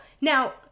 Now